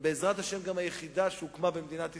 ובעזרת השם גם היחידה, שהוקמה במדינת ישראל.